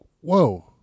whoa